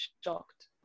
shocked